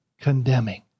condemning